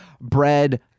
Bread